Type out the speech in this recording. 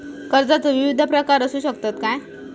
कर्जाचो विविध प्रकार असु शकतत काय?